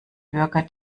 bürger